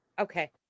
okay